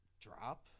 drop